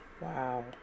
Wow